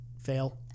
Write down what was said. Fail